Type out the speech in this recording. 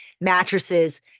mattresses